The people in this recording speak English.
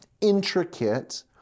intricate